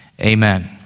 Amen